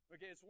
Okay